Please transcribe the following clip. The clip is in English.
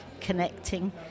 connecting